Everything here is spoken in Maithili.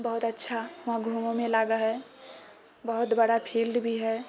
बहुत अच्छा वहाँ घूमहोमे लागै है बहुत बड़ा फील्ड भी है